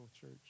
church